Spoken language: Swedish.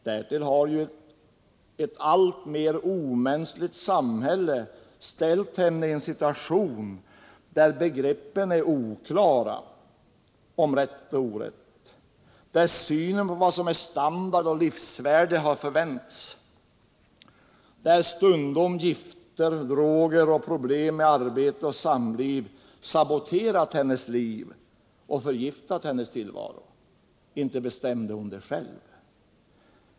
Därtill har ju ett alltmer omänskligt samhälle ställt henne i en situation där begreppen är oklara om rätt och orätt, där synen på vad som är standard och livsvärde har förvänts, där stundom gifter, droger och problem med arbete och samliv saboterat hennes liv och förgiftat hennes tillvaro. Inte bestämde hon det själv.